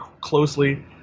closely